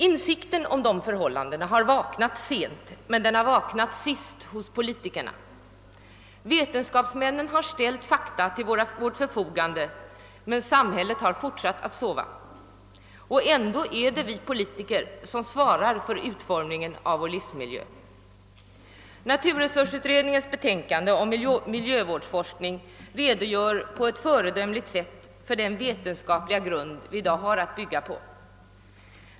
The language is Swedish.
Insikten om dessa förhållanden har vaknat sent, och den har vaknat sist hos politikerna. Vetenskapsmännen har ställt fakta till vårt förfogande, men samhället har fortsatt att sova; likväl är det vi politiker som har ansvaret för utformningen av vår livsmiljö. Naturresursutredningens betänkande Miljövårdsforskning redogör på ett föredömligt sätt för den vetenskapliga grund vi i dag har att bygga på.